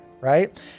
right